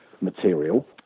material